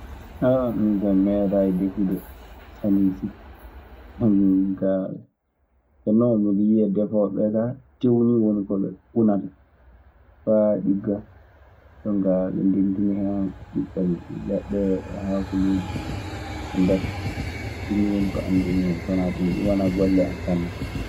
minkaa mi meeɗaayi defude sannusi kaa. Minkaa kono non miɗe yiya deefooɓe ɓee kaa. Teew nii woni ko ɓe unata faa ɗigga, jonkaa ɓe ndendina hen ɓiɓɓe leɗɗe e haakooji. Ɓe ndefa, ɗun nii woni ko anndumi hen. So wanaa ɗun ɗun wanaa golle an sanne kaa.